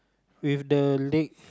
with the leg